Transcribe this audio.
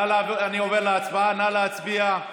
אני עובר להצבעה, נא להצביע,